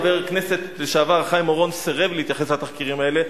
חבר הכנסת לשעבר חיים אורון סירב להתייחס לתחקירים האלה.